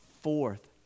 fourth